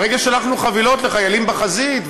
הרגע שלחנו חבילות לחיילים בחזית,